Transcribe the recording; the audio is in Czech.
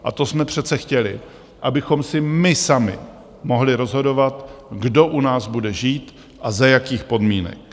A to jsme přece chtěli, abychom si my sami mohli rozhodovat, kdo u nás bude žít a za jakých podmínek.